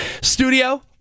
studio